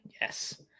Yes